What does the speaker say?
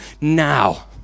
now